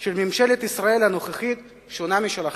של ממשלת ישראל הנוכחית שונה משלכם.